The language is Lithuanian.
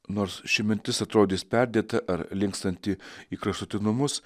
nors ši mintis atrodys perdėta ar linkstanti į kraštutinumus